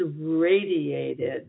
radiated